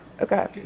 Okay